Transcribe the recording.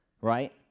right